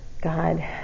God